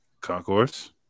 Concourse